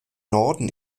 norden